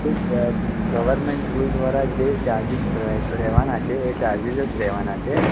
ઠીક છે government rule દ્વારા જે ચાર્જિંસ રહેવાના છે એ ચાર્જિસ જ રહેવાના છે